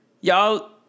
Y'all